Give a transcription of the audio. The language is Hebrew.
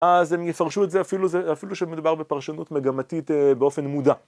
אז הם יפרשו את זה אפילו זה, אפילו שמדובר בפרשנות מגמתית באופן מודע.